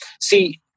See